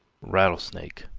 rattlesnake,